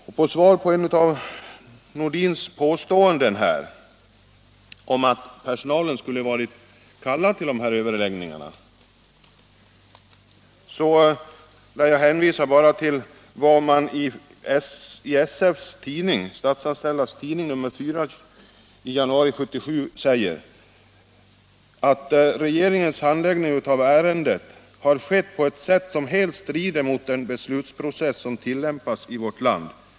Som svar på ett av herr Nordins påståenden om att personalen hade kallats till överläggningarna hänvisar jag bara till vad man skriver i SF:s tidning Statsanställd nr 4 i januari 1977: ”Regeringens handläggning av ärendet har skett på ett sätt som helt strider mot den beslutsprocess som tillämpas i vårt land.